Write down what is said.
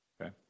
Okay